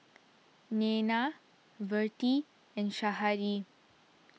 Nena Vertie and Shari